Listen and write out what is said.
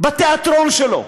בתאטרון שלו,